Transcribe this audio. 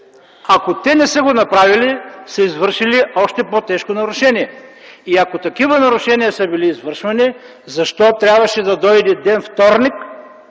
Ако те не са го направили, са извършили още по-тежко нарушение. Ако такива нарушения са били извършвани, защо трябваше да дойде ден вторник,